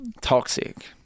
Toxic